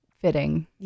fitting